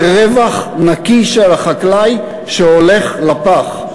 זה רווח נקי של החקלאי, שהולך לפח,